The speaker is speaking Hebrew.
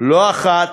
לא אחת,